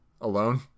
alone